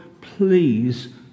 please